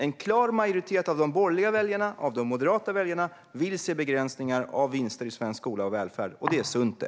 En klar majoritet av de borgerliga väljarna, av de moderata väljarna, vill se begränsningar av vinster i svensk skola och välfärd, och det är sunt, det.